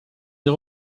des